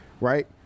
Right